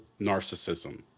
narcissism